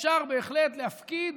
אפשר בהחלט להפקיד